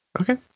Okay